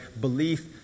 belief